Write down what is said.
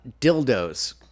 Dildos